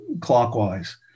clockwise